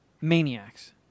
maniacs